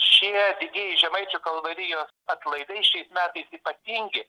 šie didieji žemaičių kalvarijos atlaidai šiais metais ypatingi